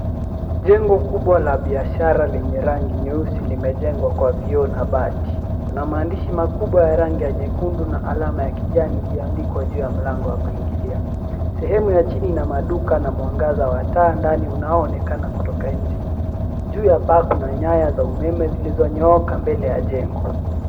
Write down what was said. Jengo kubwa la biashara lenye rangi nyeusi limejengwa kwa vioo na bati. Kuna maandishi makubwa ya rangi ya nyekundu na alama ya kijani iliyoandikwa juu ya mlango wa kuingililia. Sehemu ya chini ina maduka na mwangaza wa taa ndani unaoonekana kutoka nje. Juu ya paa kuna nyaya za umeme zilizonyooka mble ya jengo.